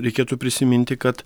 reikėtų prisiminti kad